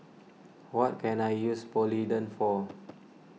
what can I use Polident for